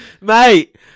Mate